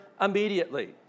immediately